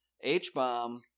H-Bomb